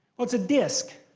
it's a disc.